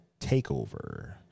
TakeOver